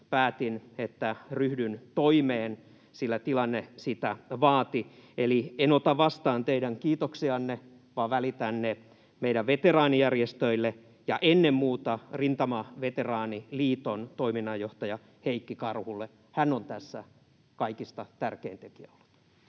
päätin, että ryhdyn toimeen, sillä tilanne sitä vaati. Eli en ota vastaan teidän kiitoksianne, vaan välitän ne meidän veteraanijärjestöille ja ennen muuta Rintamaveteraaniliiton toiminnanjohtaja Heikki Karhulle. Hän on tässä kaikista tärkein tekijä